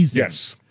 yes.